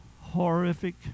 horrific